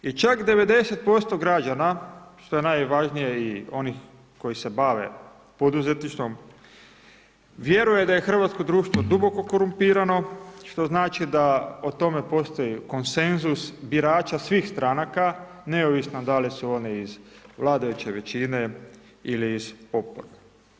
I čak 90% građana, što je najvažnije i onih koji se bave poduzetništvom vjeruje da je hrvatsko društvo duboko korumpirano što znači da o tome postoji konsenzus birača svih stranaka neovisno da li su oni iz vladajuće većine, ili iz oporbe.